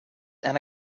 and